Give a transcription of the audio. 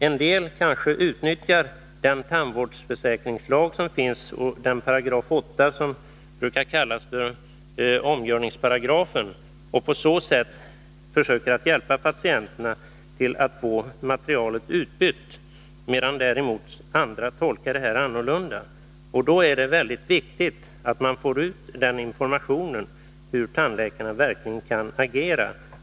En del kanske utnyttjar 8 § i den tandvårdsförsäkringslag som finns — den paragraf som brukar kallas omgörningsparagrafen — och försöker på så sätt hjälpa patienterna att få materialet utbytt, medan andra tolkar det här annorlunda. Då är det mycket viktigt att man verkligen får ut information om hur tandläkarna kan agera.